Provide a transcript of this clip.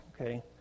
Okay